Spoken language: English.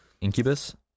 Incubus